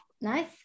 nice